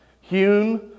hewn